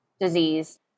Disease